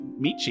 Michi